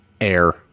Air